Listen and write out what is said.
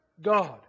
God